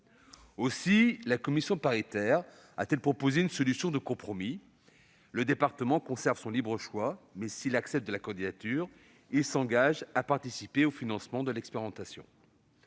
Aussi la commission mixte paritaire a-t-elle proposé une solution de compromis : le département conserve son libre choix, mais, s'il accepte la candidature, il s'engage à participer au financement de l'expérimentation.